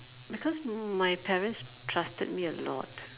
because know my parents trusted me a lot